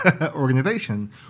organization